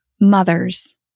mothers